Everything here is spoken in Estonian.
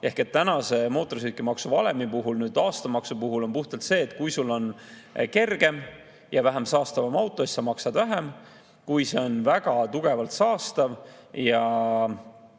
Tänase mootorsõidukimaksu valemi järgi on aastamaksu puhul nii, et kui sul on kergem ja vähem saastavam auto, siis sa maksad vähem, kui see on väga tugevalt saastav ja